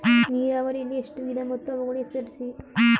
ನೀರಾವರಿಯಲ್ಲಿ ಎಷ್ಟು ವಿಧ ಮತ್ತು ಅವುಗಳನ್ನು ಹೆಸರಿಸಿ?